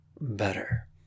better